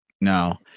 No